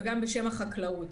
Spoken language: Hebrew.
וגם בשם החקלאות,